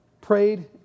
prayed